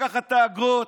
לקחת את האגרות.